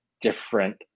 different